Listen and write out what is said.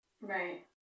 right